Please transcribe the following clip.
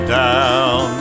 down